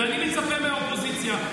ואני מצפה מהאופוזיציה,